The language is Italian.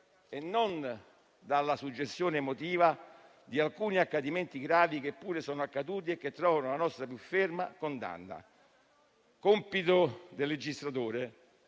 e non nella suggestione emotiva di alcuni accadimenti gravi, che pure sono accaduti e che trovano la nostra più ferma condanna. Compito del legislatore